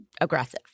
aggressive